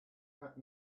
that